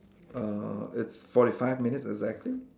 err it's forty five minutes exactly